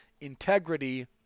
integrity